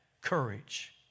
courage